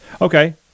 Okay